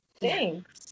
Thanks